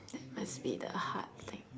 it must be the hard thing